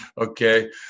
Okay